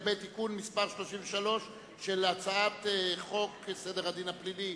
חוק ומשפט להאריך את תקופת תוקפה של הוראת השעה לפי חוק סדר הדין הפלילי